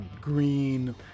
green